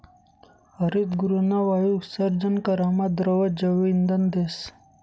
हरितगृहना वायु उत्सर्जन करामा द्रव जैवइंधन देस